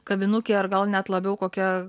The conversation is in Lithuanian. kavinukė ar gal net labiau kokia